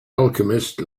alchemist